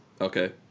Okay